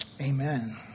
Amen